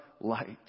light